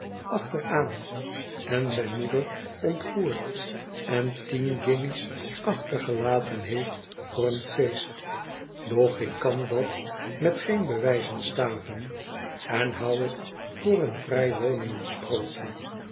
achteraan en zijn moeder ontvoerd en tien guinjes achtergelaten heeft voor een feest doch ik kan dat met geen bewijzen staven en hou het voor een